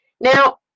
Now